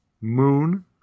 Moon